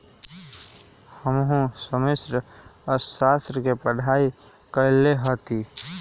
हमहु समष्टि अर्थशास्त्र के पढ़ाई कएले हति